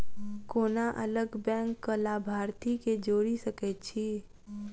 कोना अलग बैंकक लाभार्थी केँ जोड़ी सकैत छी?